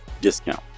discount